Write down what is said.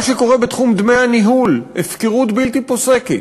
מה שקורה בתחום דמי הניהול, הפקרות בלתי פוסקת.